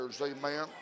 amen